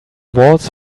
walls